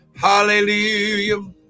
Hallelujah